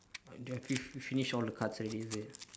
uh do you have you you finish all the cards already is it